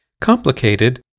Complicated